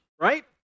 right